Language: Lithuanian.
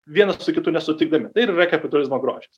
vienas su kitu nesutikdami tai ir yra kapitalizmo grožis